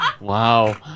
wow